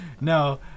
no